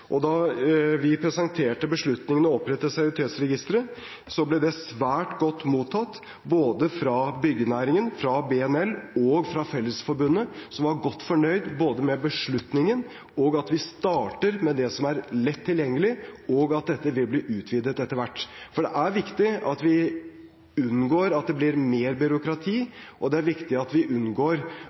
Da vi presenterte beslutningen om å opprette seriøsitetsregisteret, ble det svært godt mottatt av både byggenæringen, altså BNL, og Fellesforbundet, som var godt fornøyd med både beslutningen, at vi starter med det som er lett tilgjengelig, og at dette vil bli utvidet etter hvert. Det er viktig at vi unngår at det blir mer byråkrati, og det er viktig at vi unngår